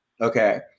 Okay